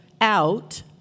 out